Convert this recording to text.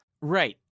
Right